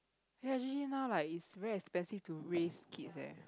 ya actually now like is very expensive to raise kids eh